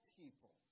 people